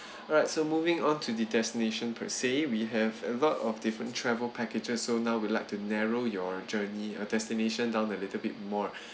alright so moving on to the destination per say we have a lot of different travel packages so now would like to narrow your journey a destination down a little bit more